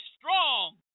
strong